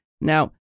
Now